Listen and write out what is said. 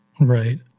Right